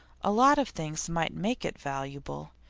a lot of things might make it valuable.